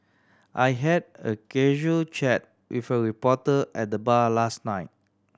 I had a casual chat with a reporter at the bar last night